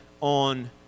on